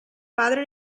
padre